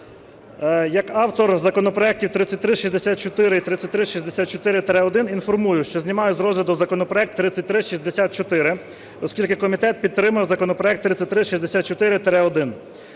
Як автор законопроектів 3364 і 3364-1 інформую, що знімаю з розгляду законопроект 3364, оскільки комітет підтримав законопроект 3364-1.